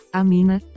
amina